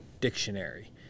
dictionary